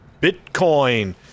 Bitcoin